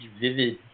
vivid